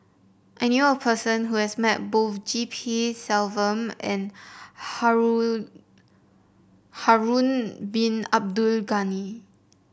I knew a person who has met both G P Selvam and Harun Harun Bin Abdul Ghani